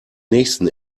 nächsten